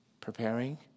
preparing